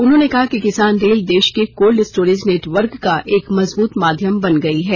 उन्होंने कहा कि किसान रेल देश के कोल्ड स्टोरेज नेटवर्क का एक मजबूत माध्यम बन गई है